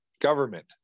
government